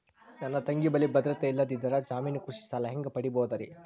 ನನ್ನ ತಂಗಿ ಬಲ್ಲಿ ಭದ್ರತೆ ಇಲ್ಲದಿದ್ದರ, ಜಾಮೀನು ಕೃಷಿ ಸಾಲ ಹೆಂಗ ಪಡಿಬೋದರಿ?